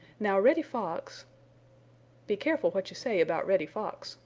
now reddy fox be careful what you say about reddy fox,